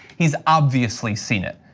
he's obviously seen it.